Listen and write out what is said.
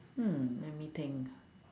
hmm let me think